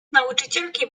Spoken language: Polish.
nauczycielki